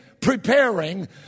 preparing